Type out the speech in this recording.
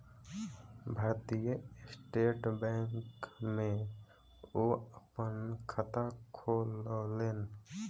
भारतीय State Bank में ओ अपन खाता खोलौलेन